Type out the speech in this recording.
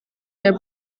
der